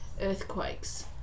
earthquakes